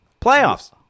Playoffs